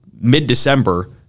mid-December